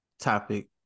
topic